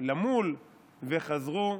למול וחזרו